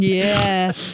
yes